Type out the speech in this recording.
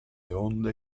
onde